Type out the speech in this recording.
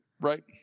Right